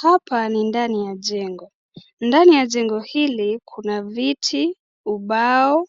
Hapa ni ndani ya jengo, ndani ya jengo hili kuna viti ubao